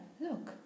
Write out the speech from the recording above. Look